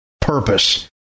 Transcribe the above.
purpose